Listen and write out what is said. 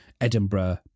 Edinburgh